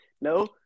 No